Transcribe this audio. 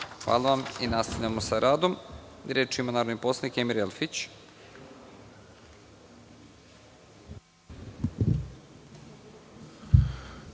Hvala vam. Nastavljamo sa radom. Reč ima narodni poslanik Emir Elfić.